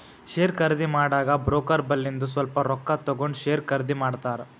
share ಖರ್ದಿ ಮಾಡಾಗ broker ಬಲ್ಲಿಂದು ಸ್ವಲ್ಪ ರೊಕ್ಕಾ ತಗೊಂಡ್ ಶೇರ್ ಖರ್ದಿ ಮಾಡ್ತಾರ್